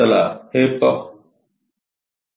चला हे पाहू